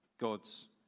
God's